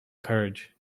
courage